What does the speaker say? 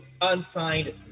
unsigned